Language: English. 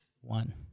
One